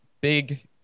big